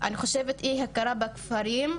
אני חושבת שאי הכרה בכפרים,